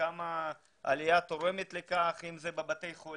כמה העלייה תורמת אם בבתי החולים,